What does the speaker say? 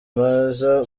meza